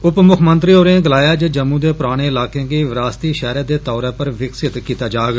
उप मुक्खमंत्री होरें गलाया ऐ जे जम्मू दे पराने इलाकें गी विरासती शैहरा दे तौरा पर विकसित कीता जाग